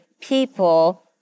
people